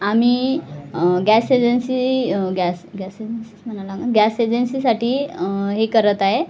आम्ही gas agency gas gas एजन्सीच म्हणा लागेन गॅस एजन्सीसाठी हे करत आहे